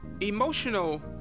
emotional